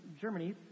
Germany